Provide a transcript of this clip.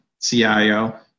CIO